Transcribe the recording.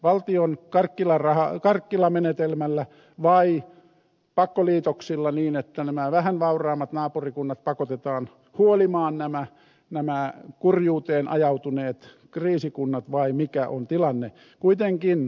valtion karkkila menetelmällä vai pakkoliitoksilla niin että nämä vähän vauraammat naapurikunnat pakotetaan huolimaan nämä kurjuuteen ajautuneet kriisikunnat vai mikä on tilanne